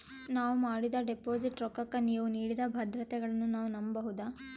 ನಾವು ಮಾಡಿದ ಡಿಪಾಜಿಟ್ ರೊಕ್ಕಕ್ಕ ನೀವು ನೀಡಿದ ಭದ್ರತೆಗಳನ್ನು ನಾವು ನಂಬಬಹುದಾ?